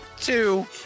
two